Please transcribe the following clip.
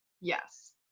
Yes